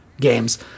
games